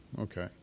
Okay